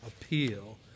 appeal